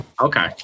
Okay